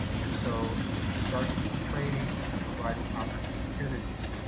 and so, it starts with the training and providing opportunities.